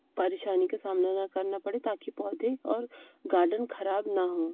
परेशानी का सामना ना करना पड़े ताकि पौधे और गार्डन खराब ना हों